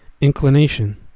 Inclination